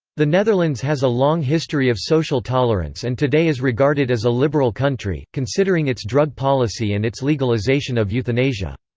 the netherlands has a long history of social tolerance and today is regarded as a liberal country, considering its drug policy and its legalisation of euthanasia.